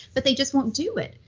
but they just won't do it?